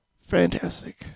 fantastic